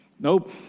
Nope